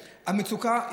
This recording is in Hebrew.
המצוקה,